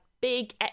big